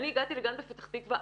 אני הגעתי לגן בפתח תקווה.